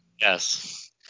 Yes